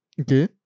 Okay